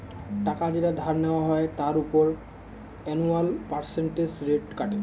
টাকা যেটা ধার নেওয়া হয় তার উপর অ্যানুয়াল পার্সেন্টেজ রেট কাটে